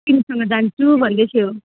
तिमीसँग जान्छु भन्दै थियो